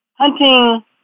Hunting